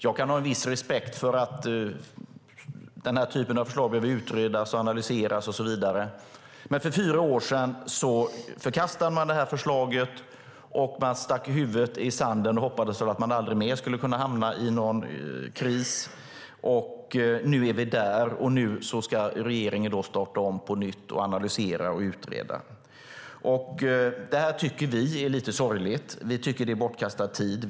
Jag kan ha en viss respekt för att den här typen av förslag behöver utredas och analyseras, men för fyra år sedan förkastade man det här förslaget, stack huvudet i sanden och hoppades att man aldrig mer skulle hamna i en kris. Nu är vi där, och nu ska regeringen starta om på nytt, analysera och utreda. Vi tycker att detta är lite sorgligt. Vi tycker att det är bortkastad tid.